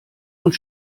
und